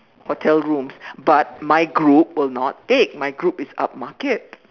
hotel rooms but my group will not take my group is upmarket